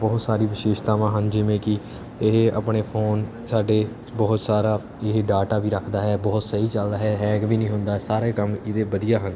ਬਹੁਤ ਸਾਰੀ ਵਿਸ਼ੇਸ਼ਤਾਵਾਂ ਹਨ ਜਿਵੇਂ ਕਿ ਇਹ ਆਪਣੇ ਫੋਨ ਸਾਡੇ ਬਹੁਤ ਸਾਰਾ ਇਹੀ ਡਾਟਾ ਵੀ ਰੱਖਦਾ ਹੈ ਬਹੁਤ ਸਹੀ ਚੱਲਦਾ ਹੈ ਹੈਂਗ ਵੀ ਨਹੀਂ ਹੁੰਦਾ ਸਾਰੇ ਕੰਮ ਇਹਦੇ ਵਧੀਆ ਹਨ